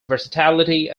versatility